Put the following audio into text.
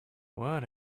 what